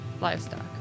Livestock